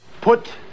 put